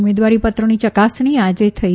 ઉમેદવારીપત્રોની ચકાસણી આજે થશે